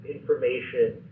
information